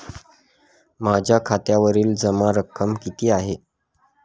माझ्या खात्यावरील जमा रक्कम किती आहे?